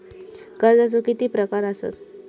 कर्जाचे किती प्रकार असात?